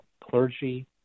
clergy